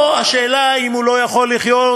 פה השאלה אם הוא לא יכול לחיות,